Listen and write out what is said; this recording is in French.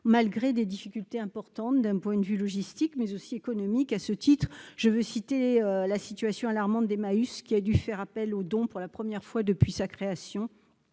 malgré des difficultés importantes d'un point de vue logistique, mais aussi économique. À ce titre, je veux rappeler la situation alarmante d'Emmaüs, qui a dû faire appel aux dons pour la première fois depuis sa création.